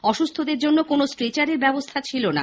অসুস্থদের জন্য কোনো স্ট্রেচারের ব্যবস্থা ছিলো না